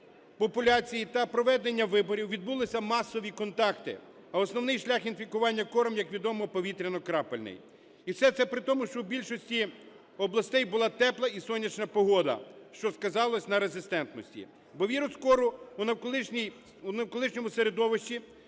популяції та проведення виборів відбулися масові контакти. А основний шлях інфікування кором, як відомо, повітряно-крапельний. І все це при тому, що в більшості областей була тепла і сонячна погода, що сказалось на резистентності. Бо вірус кору в навколишньому середовищі